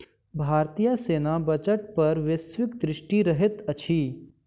भारतीय सेना बजट पर वैश्विक दृष्टि रहैत अछि